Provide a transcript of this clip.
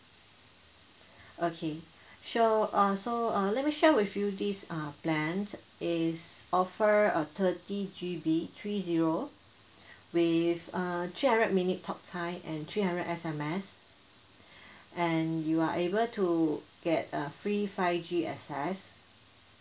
okay sure uh so uh let me share with you this uh plan is offer a thirty G_B three zero with err three hundred minute talk time and three hundred S_M_S and you are able to get a free five G access